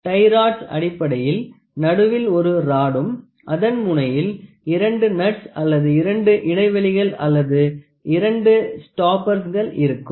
டய் rods அடிப்படையில் நடுவில் ஒரு ராடும் அதன் முனையில் இரண்டு நட்ஸ் அல்லது இரண்டு இடைவெளிகள் அல்லது இரண்டு ஸ்டாப்பர்ஸ்கள் இருக்கும்